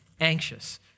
anxious